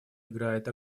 играет